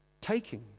taking